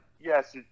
Yes